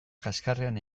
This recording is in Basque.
kaxkarrean